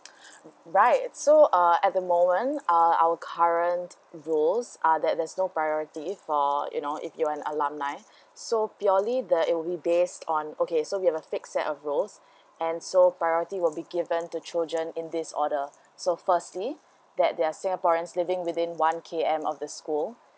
right so uh at the moment uh our current rule are that there's no priority for you know if you're an alumni so purely the it will be based on okay so we have a fix set of rules and so priority will be given to children in this order so firstly that they're singaporean living within one K_M of the school